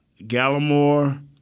Gallimore